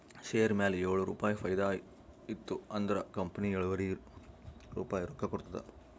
share ಮ್ಯಾಲ ಏಳು ರುಪಾಯಿ ಫೈದಾ ಇತ್ತು ಅಂದುರ್ ಕಂಪನಿ ಎಳುವರಿ ರುಪಾಯಿ ರೊಕ್ಕಾ ಕೊಡ್ತುದ್